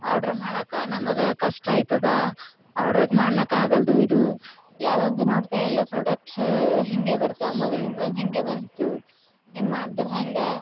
order ಮಾಡಕ್ಕೆ ನಮಗೆ ಕಷ್ಟ ಐತದೆ ಆರ್ಡ್ರಗೆ ಮಾಡ್ಲಾಕ ಆಗಲ್ದು ಇದು ಯಾವಾಗ ಭೀ ನೋಡಿದೆ ಎಲ್ಲ ಪ್ರೊಡಕ್ಟ್ಸು ಹೀಗೆ ಬರ್ತಾವೆ ಮೊದಲಿಂದು ಒಂದು ಹೀಗೆ ಬಂದಿತ್ತು ಹಿಂಗೆ ಮಾಡ್ದ್ರೆ ಹ್ಯಾಂಗೆ